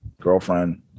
girlfriend